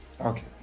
okay